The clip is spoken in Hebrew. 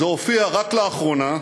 זה הופיע רק לאחרונה,